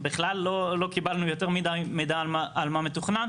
בכלל לא קיבלנו יותר מידי מידע על מה מתוכנן.